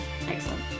Excellent